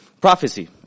Prophecy